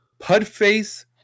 Pudface